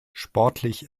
sportlich